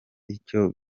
icyo